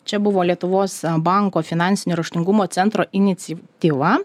čia buvo lietuvos banko finansinio raštingumo centro inicityva